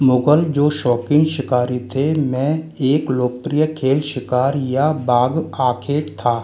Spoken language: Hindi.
मुगल जो शौकीन शिकारी थे में एक लोकप्रिय खेल शिकार या बाघ आखेट था